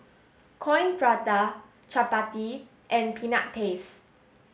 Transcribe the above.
Coin Prata Chappati and peanut paste